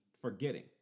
forgetting